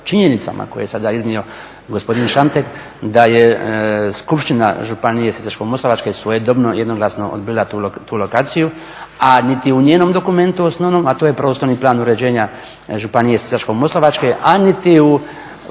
činjenicama koje je sada iznio gospodin Šantek da je Skupština županije Sisačko-moslavačke svojedobno jednoglasno odbila tu lokaciju, a niti u njenom osnovnom, a to je prostorni plan uređenja županije Sisačko-moslavačke a niti u